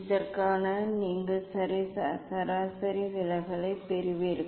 இதற்காக நீங்கள் சராசரி விலகலைப் பெறுவீர்கள்